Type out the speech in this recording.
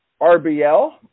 RBL